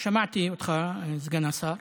שמעתי אותך, סגן השר.